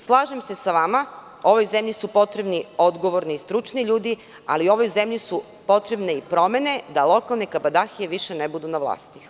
Slažem se sa vama, ovoj zemlji su potrebi odgovorni i stručni ljudi, ali ovoj zemlji su potrebne i promene da lokalne kabadahije više ne budu na vlasti.